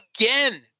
again